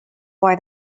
why